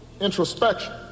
introspection